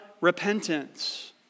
repentance